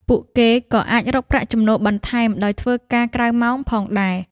ពួកគេក៏អាចរកប្រាក់ចំណូលបន្ថែមដោយធ្វើការក្រៅម៉ោងផងដែរ។